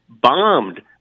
bombed